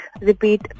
repeat